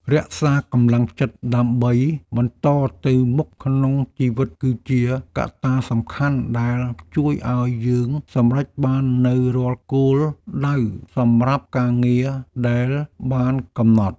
រក្សាកម្លាំងចិត្តដើម្បីបន្តទៅមុខក្នុងជីវិតគឺជាកត្តាសំខាន់ដែលជួយឱ្យយើងសម្រេចបាននូវរាល់គោលដៅសម្រាប់ការងារដែលបានកំណត់។